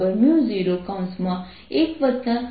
તેથી Binside01MH0છે